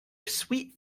sweet